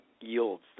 yields